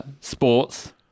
sports